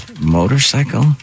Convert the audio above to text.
Motorcycle